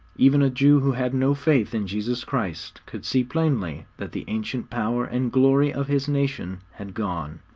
even a jew who had no faith in jesus christ could see plainly that the ancient power and glory of his nation had gone.